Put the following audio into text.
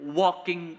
walking